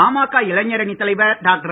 பாமக இளைஞரணி தலைவர் டாக்டர்